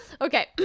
Okay